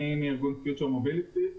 אני מארגון Future Mobiliti.